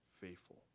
faithful